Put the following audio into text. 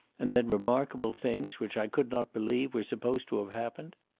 and then remarkable things, which i could not believe, were supposed to have happened?